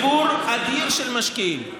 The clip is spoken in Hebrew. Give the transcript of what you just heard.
שציבור אדיר של משקיעים,